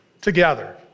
together